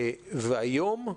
והיום,